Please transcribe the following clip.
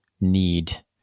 need